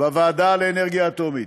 בוועדה לאנרגיה אטומית.